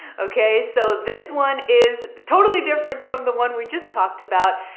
okay. so this one is totally different from the one we just talked about.